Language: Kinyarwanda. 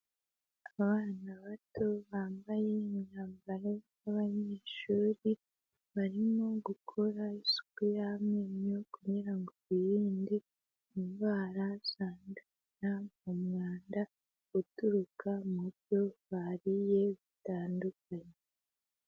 Abana bato bambaye imyambaro y'abanyeshuri, barimo gukora isuku y'amenyo kugira ngo birinde indwara zandurira mu mwanda uturuka mu byo bariye bitandukanye.